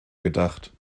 gedacht